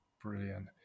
Brilliant